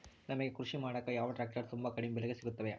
ನಮಗೆ ಕೃಷಿ ಮಾಡಾಕ ಯಾವ ಟ್ರ್ಯಾಕ್ಟರ್ ತುಂಬಾ ಕಡಿಮೆ ಬೆಲೆಗೆ ಸಿಗುತ್ತವೆ?